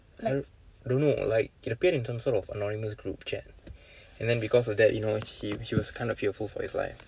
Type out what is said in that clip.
I don't know like it appeared in some sort of anonymous group chat and then because of that you know he he was kinda fearful for his life